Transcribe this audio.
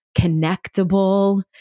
connectable